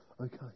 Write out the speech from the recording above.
okay